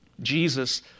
Jesus